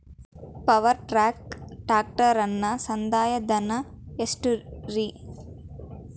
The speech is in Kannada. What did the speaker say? ಪವರ್ ಟ್ರ್ಯಾಕ್ ಟ್ರ್ಯಾಕ್ಟರನ ಸಂದಾಯ ಧನ ಎಷ್ಟ್ ರಿ?